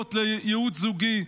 קליניקות לייעוץ זוגי,